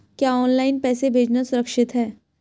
क्या ऑनलाइन पैसे भेजना सुरक्षित है?